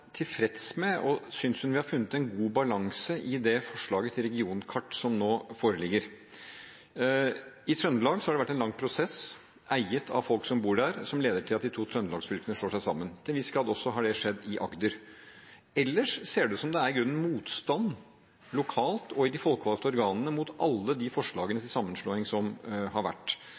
tilfreds med og synes hun vi har funnet en god balanse i det forslaget til regionkart som nå foreligger? I Trøndelag har det vært en lang prosess, eiet av folk som bor der, som leder til at de to Trøndelag-fylkene slår seg sammen – til en viss grad har det også skjedd i Agder. Ellers ser det i grunnen ut som om det er motstand lokalt og i de folkevalgte organene mot alle de forslagene til sammenslåing som har vært.